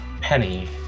Penny